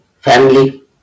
family